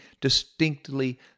distinctly